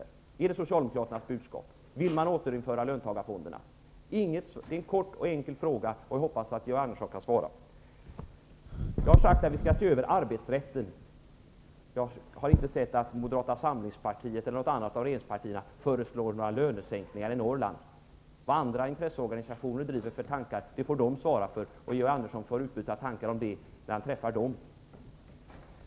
Är det Socialdemokraternas budskap att man vill återinföra löntagarfonderna? Det är en kort och enkel fråga, och jag hoppas att Georg Andersson kan svara på den. Jag har sagt att vi skall se över arbetsrätten. Jag har inte sett att Moderata samlingspartiet eller något annat av regeringspartierna föreslår lönesänkningar i Norrland. De tankar som andra intresseorganisationer driver får de svara för. Georg Andersson får utbyta tankar om det när han träffar dem.